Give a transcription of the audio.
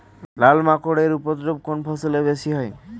লাল মাকড় এর উপদ্রব কোন ফসলে বেশি হয়?